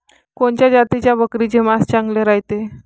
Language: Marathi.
कोनच्या जातीच्या बकरीचे मांस चांगले रायते?